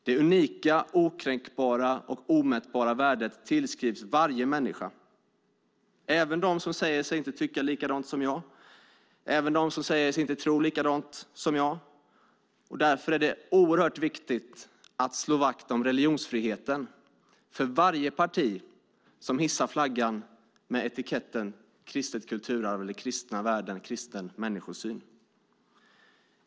Det unika, okränkbara och omätbara värdet tillskrivs varje människa, även de som säger sig inte tycka likadant som jag, även de som säger sig inte tro likadant som jag. Därför är det oerhört viktigt att slå vakt om religionsfriheten för varje parti som hissar flaggan med etiketten kristet kulturarv, kristna värden och kristen människosyn.